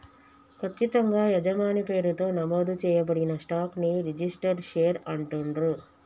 ఖచ్చితంగా యజమాని పేరుతో నమోదు చేయబడిన స్టాక్ ని రిజిస్టర్డ్ షేర్ అంటుండ్రు